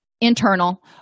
internal